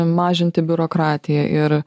mažinti biurokratiją ir